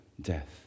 death